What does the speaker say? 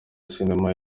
cinema